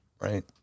right